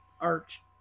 arch